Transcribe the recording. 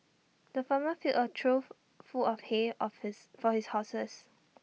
the farmer filled A trough full of hay of his for his horses